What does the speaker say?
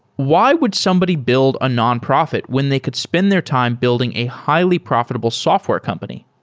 why would somebody build a nonprofit when they could spend their time building a highly-profitable software company?